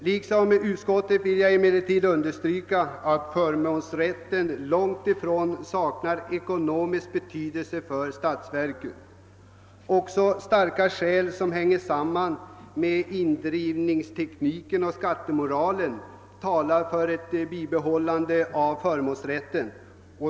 Liksom utskottet vill jag emellertid understryka att förmånsrätten långt ifrån saknar ekonomisk betydelse för statsverket. Också starka skäl som hänger samman med indrivningstekniken och skattemoralen talar för ett bibehållande av förmånsrätten.